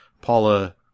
Paula